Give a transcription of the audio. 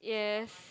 yes